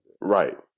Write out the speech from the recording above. Right